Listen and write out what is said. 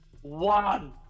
one